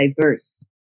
diverse